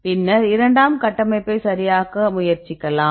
பின்னர் இரண்டாம் கட்டமைப்பை சரியாக முயற்சிக்கலாம்